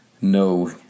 no